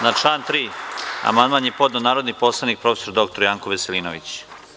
Na član 3. amandman je podneo narodni poslanik prof. dr Janko Veselinović.